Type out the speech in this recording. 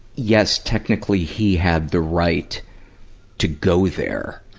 yes, technically he had the right to go there.